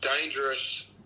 dangerous